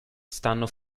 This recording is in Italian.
stanno